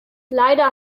leider